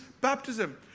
baptism